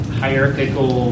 hierarchical